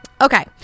Okay